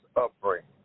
upbringing